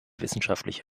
wissenschaftliche